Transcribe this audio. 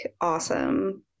awesome